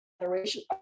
generation